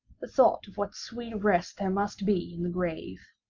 the thought of what sweet rest there must be in the grave.